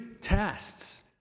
tests